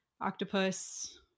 octopus